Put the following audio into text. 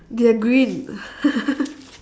they are green